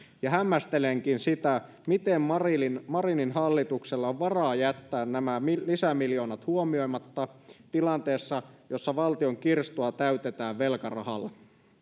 ja hämmästelenkin miten marinin marinin hallituksella on varaa jättää nämä lisämiljoonat huomioimatta tilanteessa jossa valtion kirstua täytetään velkarahalla